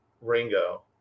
Ringo